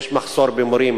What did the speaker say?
יש מחסור במורים